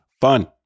fun